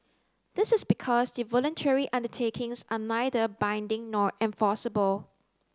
this is because the voluntary undertakings are neither binding nor enforceable